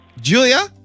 Julia